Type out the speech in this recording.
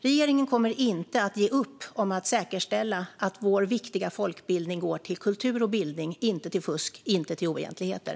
Regeringen kommer inte att ge upp om att säkerställa att vår viktiga folkbildning går till kultur och bildning, inte till fusk och oegentligheter.